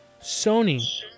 Sony